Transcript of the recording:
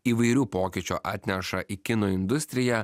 įvairių pokyčių atneša į kino industriją